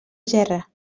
gerra